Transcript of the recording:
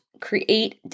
Create